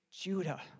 Judah